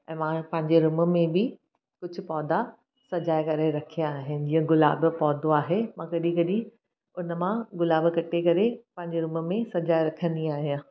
ऐं मां पंहिंजे रूम में बि कुझु पौधा सजाए करे रखिया आहिनि जीअं गुलाब जो पौधो आहे मां कॾी कॾी उन मां गुलाबु कटे करे पंहिंजे रूम में सजाए करे रखंदी आहियां